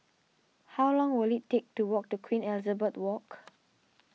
how long will it take to walk to Queen Elizabeth Walk